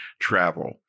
travel